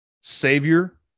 savior